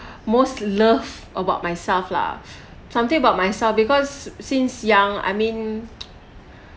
most love about myself lah something about myself because since young I mean